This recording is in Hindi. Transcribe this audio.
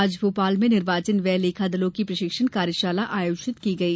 आज भोपाल में निर्वाचन व्यय लेखा दलों की प्रशिक्षण कार्यशाला आयोजित की गई